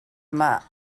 yna